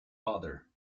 father